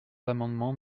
l’amendement